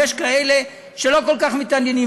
ויש כאלה שלא כל כך מתעניינים,